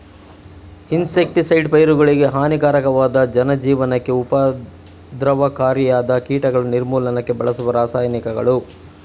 insecticides ಪೈರುಗಳಿಗೆ ಹಾನಿಕಾರಕವಾದ ಜನಜೀವನಕ್ಕೆ ಉಪದ್ರವಕಾರಿಯಾದ ಕೀಟಗಳ ನಿರ್ಮೂಲನಕ್ಕೆ ಬಳಸುವ ರಾಸಾಯನಿಕಗಳು